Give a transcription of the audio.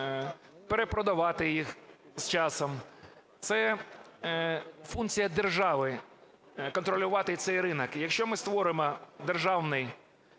перепродавати їх з часом. Це функція держави – контролювати цей ринок. Якщо ми створимо державний